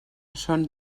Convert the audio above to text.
són